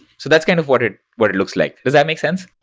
so that's kind of what it what it looks like. does that make sense?